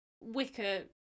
wicker